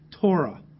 Torah